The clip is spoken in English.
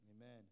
amen